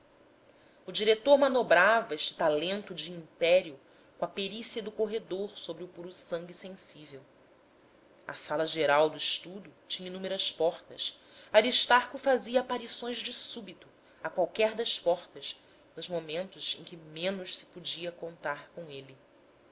o diretor manobrava este talento de império com a perícia do corredor sobre o pur sang sensível a sala geral do estudo tinha inúmeras portas aristarco fazia aparições de súbito a qualquer das portas nos momentos em que menos se podia contar com ele